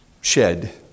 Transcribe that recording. shed